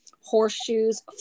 horseshoes